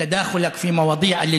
התרגלנו אליך בכנסת,